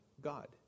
God